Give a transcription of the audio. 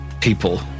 people